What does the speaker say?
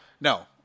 No